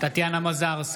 טטיאנה מזרסקי,